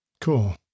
Cool